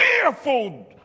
fearful